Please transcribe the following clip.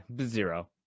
zero